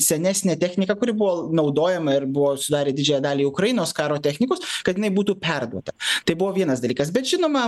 senesnė technika kuri buvo naudojama ir buvo sudarė didžiąją dalį ukrainos karo technikos kad jinai būtų perduota tai buvo vienas dalykas bet žinoma